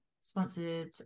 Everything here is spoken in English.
sponsored